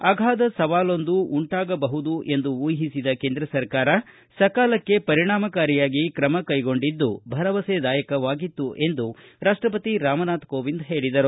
ಅಗಾಧ ಸವಾಲೊಂದು ಉಂಟಾಗಬಹುದು ಎಂದು ಊಹಿಸಿದ ಕೇಂದ್ರ ಸರ್ಕಾರ ಸಕಾಲಕ್ಷೆ ಪರಿಣಾಮಕಾರಿಯಾಗಿ ಕ್ರಮ ಕೈಗೊಂಡಿದ್ದು ಭರವಸೆದಾಯಕವಾಗಿತ್ತು ಎಂದು ರಾಮನಾಥ ಕೋವಿಂದ್ ಹೇಳಿದರು